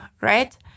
right